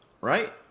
right